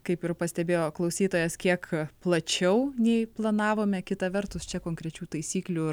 kaip ir pastebėjo klausytojas kiek plačiau nei planavome kita vertus čia konkrečių taisyklių ir